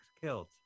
killed